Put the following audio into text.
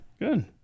Good